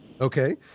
Okay